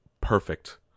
perfect